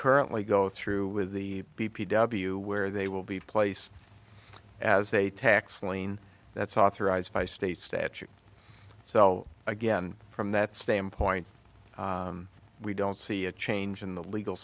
currently go through with the b p w where they will be placed as a tax lien that's authorized by state statute so again from that standpoint we don't see a change in the legal